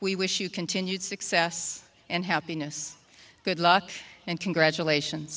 we wish you continued success and happiness good luck and congratulations